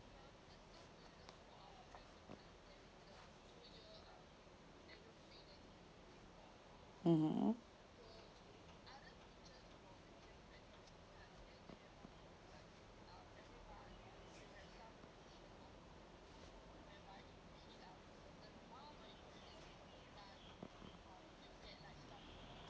mmhmm